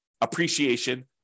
appreciation